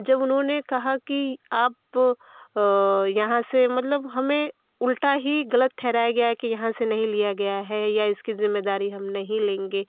जब उन्होंने कहा कि आप यहाँ से मतलब हमें उल्टा ही ग़लत ठहराया गया कि यहाँ से नहीं लिया गया है या इसकी ज़िम्मेदारी हम नहीं लेंगे